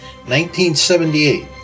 1978